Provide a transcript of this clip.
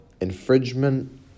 infringement